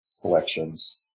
collections